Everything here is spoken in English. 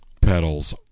pedals